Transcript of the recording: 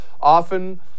often